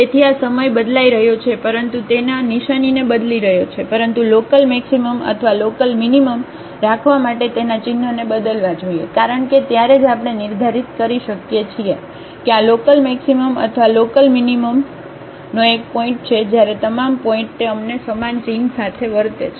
તેથી આ સમય બદલાઇ રહ્યો છે પરંતુ તેના નિશાનીને બદલી રહ્યો છે પરંતુ લોકલ મેક્સિમમ અથવા લોકલ મીનીમમ રાખવા માટે તેના ચિન્હને બદલવા જોઈએ નહીં કારણ કે ત્યારે જ આપણે નિર્ધારિત કરી શકીએ છીએ કે આ લોકલ મેક્સિમમ અથવા લોકલ મીનીમમનો એક પોઇન્ટ છે જ્યારે તમામ પોઇન્ટ તે અમને સમાન ચિન્હ સાથે વર્તે છે